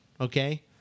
okay